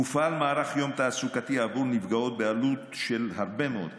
מופעל מערך יום תעסוקתי עבור נפגעות בעלות של הרבה מאוד כסף.